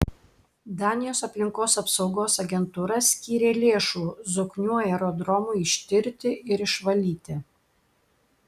danijos aplinkos apsaugos agentūra skyrė lėšų zoknių aerodromui ištirti ir išvalyti